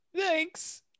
Thanks